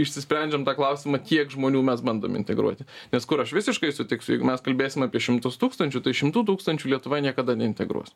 išsisprendžiam tą klausimą kiek žmonių mes bandom integruoti nes kur aš visiškai sutiksiu jeigu mes kalbėsim apie šimtus tūkstančių tai šimtų tūkstančių lietuvoj niekada neintegruos